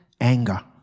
anger